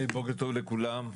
בוקר טוב לכולם,